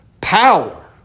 Power